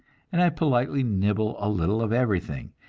and i politely nibble a little of everything,